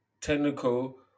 technical